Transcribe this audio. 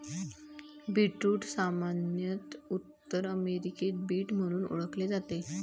beetroot सामान्यत उत्तर अमेरिकेत बीट म्हणून ओळखले जाते